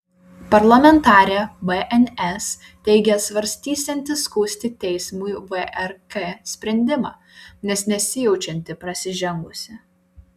parlamentarė bns teigė svarstysianti skųsti teismui vrk sprendimą nes nesijaučianti prasižengusi